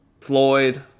Floyd